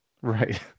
right